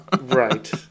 Right